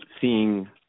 seeing